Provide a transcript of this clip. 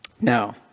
Now